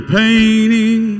painting